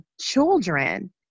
children